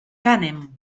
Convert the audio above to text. cànem